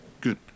Good